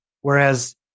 Whereas